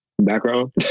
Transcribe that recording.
background